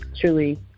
truly